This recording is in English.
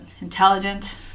intelligent